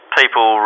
people